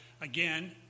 again